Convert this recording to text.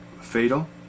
fatal